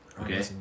Okay